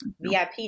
VIP